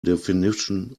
definition